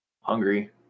hungry